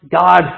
God